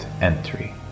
entry